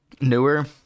newer